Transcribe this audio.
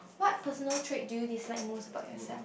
what personal trait do you dislike most about yourself